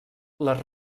les